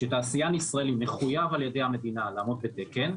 שתעשיין ישראלי מחויב על ידי המדינה לעמוד בתקן,